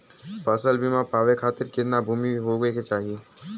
फ़सल बीमा पावे खाती कितना भूमि होवे के चाही?